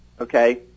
Okay